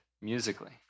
musically